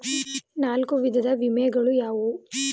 ನಾಲ್ಕು ವಿಧದ ವಿಮೆಗಳು ಯಾವುವು?